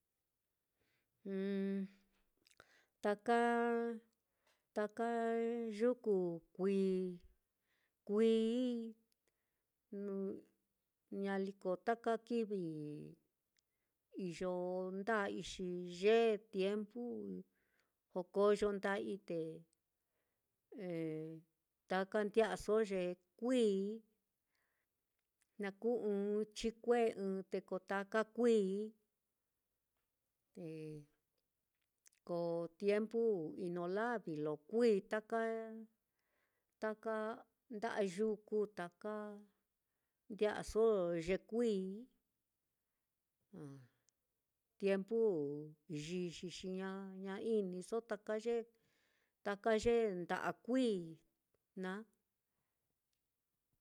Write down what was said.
taka taka yuku kuií, kuií nu ñaliko taka kívi iyo nda'ai, xi yee tiempu jokoyo nda'ai te taka ndi'aso ye kuií na kuu ɨ́ɨ́n chikue ɨ́ɨ́n, te ko taka kuií, te ko tiempu ino lavi lo kuií taka taka nda'a yuku taka, ndi'aso ye kuií tiempu yixi ña xi ña ña iniso taka ye taka ye nda'a kuií naá.